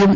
ఎం